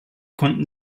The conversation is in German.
konnten